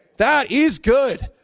that is good.